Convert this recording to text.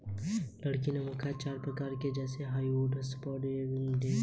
लकड़ी के मुख्यतः चार प्रकार होते हैं जैसे हार्डवुड, सॉफ्टवुड, प्लाईवुड तथा एम.डी.एफ